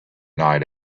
night